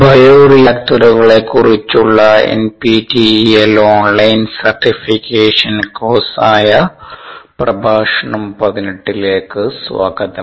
bio റിയാക്ടറുകളെക്കുറിച്ചുള്ള NPTEL online certification കോഴ്സായ പ്രഭാഷണം 18 ലേക്ക് സ്വാഗതം